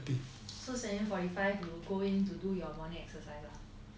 so seven forty five you go in and do your morning exercise ah